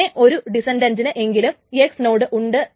പിന്നെ ഒരു ഡിസൻഡന്റിന് എങ്കിലും X നോഡ് ഉണ്ട്